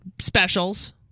specials